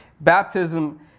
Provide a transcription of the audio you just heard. Baptism